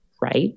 right